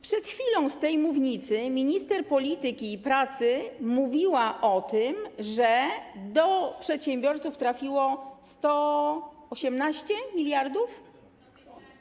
Przed chwilą z tej mównicy minister polityki i pracy mówiła o tym, że do przedsiębiorców trafiło 118 mld zł.